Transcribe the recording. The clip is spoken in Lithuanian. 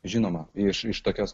žinoma iš iš tokios